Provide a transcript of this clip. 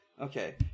Okay